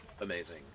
amazing